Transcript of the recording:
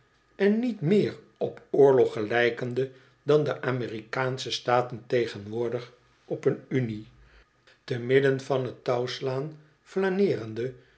en niet meer op oorlog gelijkende dan de amerikaansche staten tegenwoordig op een unie te midden van t touwslaan flaneerende